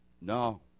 No